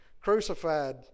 crucified